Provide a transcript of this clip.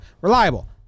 reliable